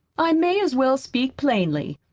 i may as well speak plainly.